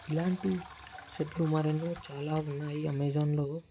ఇలాంటి షర్టులు మరెన్నో చాలా ఉన్నాయి అమెజాన్లో